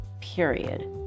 period